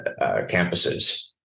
campuses